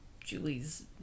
Julie's